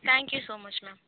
thank you so much ma'am